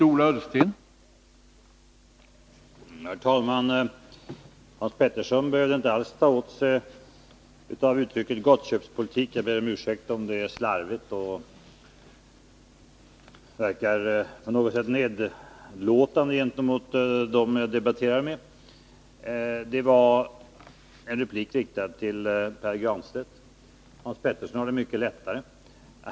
Herr talman! Hans Petersson behövde inte alls ta åt sig, då jag använde uttrycket gottköpspolitik. Jag ber om ursäkt om det var slarvigt och på något sätt verkade nedlåtande gentemot meddebattörerna. Repliken var riktad till Pär Granstedt. Hans Petersson har det mycket lättare.